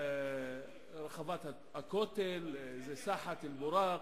ורחבת הכותל זה "סאחת אל-בוראק".